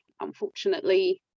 unfortunately